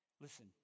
Listen